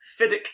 Fiddick